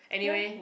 ya